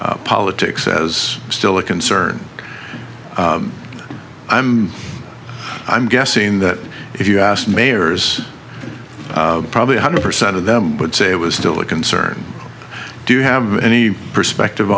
politics as still a concern i'm i'm guessing that if you asked mayors probably a hundred percent of them would say it was still a concern do you have any perspective